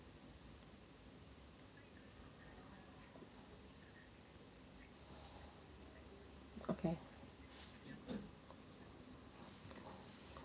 okay